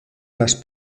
las